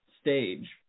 stage